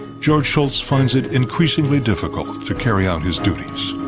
george shultz finds it increasingly difficult to carry out his duties.